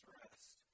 rest